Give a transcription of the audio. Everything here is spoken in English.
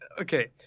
Okay